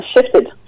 shifted